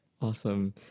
Awesome